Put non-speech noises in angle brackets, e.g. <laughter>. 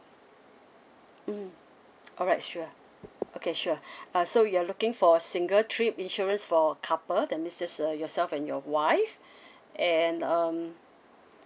mm alright sure okay sure <breath> uh so you are looking for a single trip insurance for a couple that means just uh yourself and your wife <breath> and um